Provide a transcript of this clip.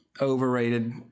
Overrated